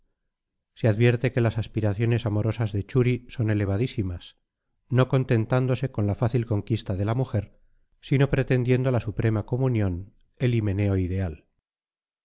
se advierte que las aspiraciones amorosas de churi son elevadísimas no contentándose con la fácil conquista de la mujer sino pretendiendo la suprema comunión el himeneo ideal